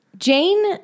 Jane